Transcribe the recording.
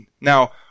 Now